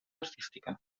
artística